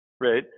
right